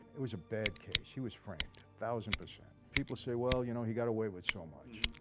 it was a bad case. she was framed thousand percent people say well you know he got away with so much.